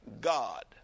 God